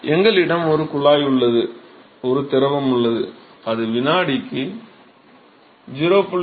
எங்களிடம் ஒரு குழாய் உள்ளது ஒரு திரவம் உள்ளது அது வினாடிக்கு 0